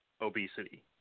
obesity